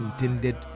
intended